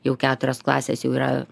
jau keturios klasės jau yra